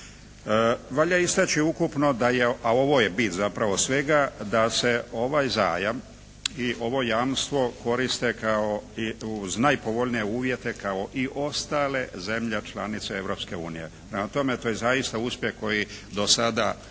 Valja istaći ukupno da je, a ovo je bit zapravo svega, da se ovaj zajam i ovo jamstvo koriste kao i uz najpovoljnije uvjete kao i ostale zemlje članice Europske unije. Prema tome to je zaista uspjeh koji do sada